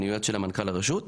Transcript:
אני יועץ של מנכ"ל הרשות.